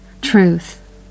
Truth